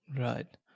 right